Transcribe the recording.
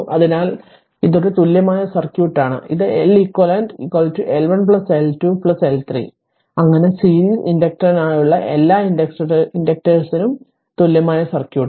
അതിനാൽ ഇതൊരു തുല്യമായ സർക്യൂട്ടാണ് ഇത് L eq L eq L 1 plus L 2 plus L 3 അങ്ങനെ സീരീസ് ഇൻഡക്റ്ററിനായുള്ള എല്ലാ ഇൻഡക്റ്റേഴ്സിനും തുല്യമായ സർക്യൂട്ട്